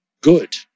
good